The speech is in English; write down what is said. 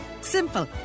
Simple